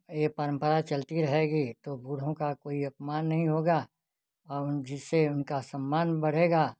यह परंपरा चलती रहेगी तो बूढ़ों का कोई अपमान नहीं होगा और जिससे उनका सम्मान बढ़ेगा